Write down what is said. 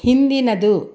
ಹಿಂದಿನದು